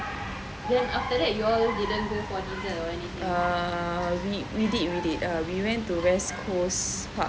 we we did we did we went to west coast park